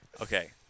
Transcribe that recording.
Okay